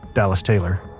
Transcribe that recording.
dallas taylor.